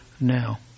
now